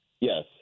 Yes